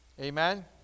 Amen